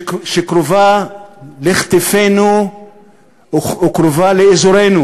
קרובה לכתפנו וקרובה לאזורנו.